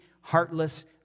heartless